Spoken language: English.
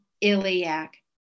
iliac